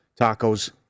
tacos